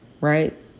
right